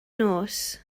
nos